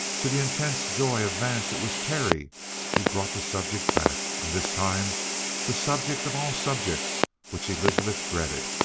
to the intense joy of vance, it was terry who brought the subject back, and this time the subject of all subjects which elizabeth dreaded,